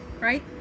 right